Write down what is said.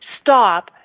stop